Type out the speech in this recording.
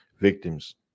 victims